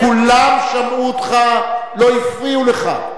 כולם שמעו אותך, לא הפריעו לך.